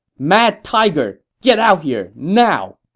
mad tiger, get out here now!